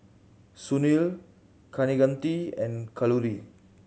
Sunil Kaneganti and Kalluri